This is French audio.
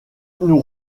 nous